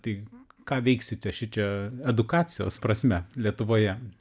tai ką veiksite šičia edukacijos prasme lietuvoje